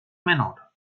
menor